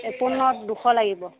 এপোণত দুশ লাগিব